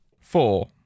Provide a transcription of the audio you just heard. Four